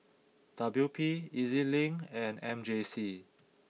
W P E Z Link and M J C